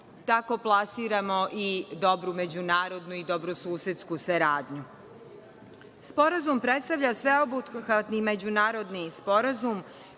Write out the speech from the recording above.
Tako plasiramo i dobru međunarodnu i dobrosusedsku saradnju. Sporazum predstavlja sveobuhvatni međunarodni sporazum